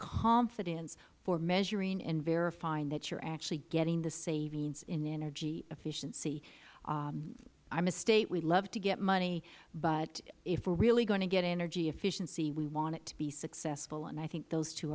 confidence for measuring and verifying that you are actually getting the savings in energy efficiency i am a state we love to get money but if we are really going to get energy efficiency we want it to be successful and i think those two